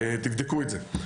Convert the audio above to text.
תבדקו את זה.